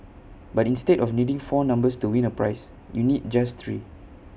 but instead of needing four numbers to win A prize you need just three